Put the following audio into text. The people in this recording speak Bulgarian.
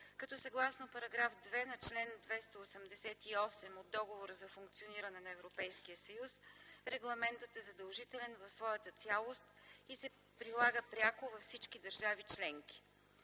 като съгласно параграф 2 на чл. 288 от Договора за функциониране на Европейския съюз регламентът е задължителен в своята цялост и се прилага пряко във всички държави членки.